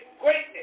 greatness